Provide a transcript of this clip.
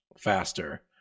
faster